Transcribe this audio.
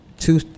Two